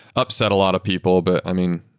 upset a lot of people, but i mean,